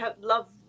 love